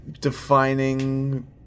defining